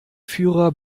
führer